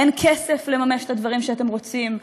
אין כסף לממש את הדברים שאתם רוצים,